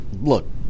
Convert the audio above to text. look